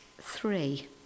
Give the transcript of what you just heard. three